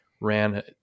ran